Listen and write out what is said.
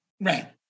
right